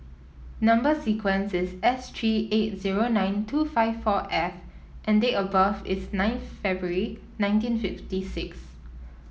number sequence is S three eight zero nine two five four F and date of birth is ninth February nineteen fifty six